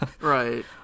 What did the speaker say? right